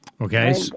Okay